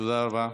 תודה רבה.